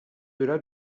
delà